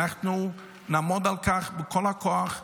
אנחנו נעמוד על כך בכל הכוח,